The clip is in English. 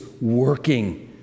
working